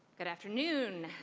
good afternoon,